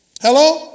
hello